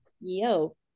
yo